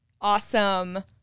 Awesome